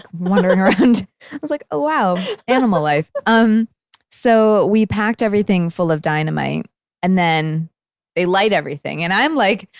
wandering around. i was like, oh wow. animal life. um so, we packed everything full of dynamite and then they light everything. and i'm like,